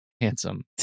handsome